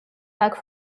back